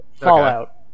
Fallout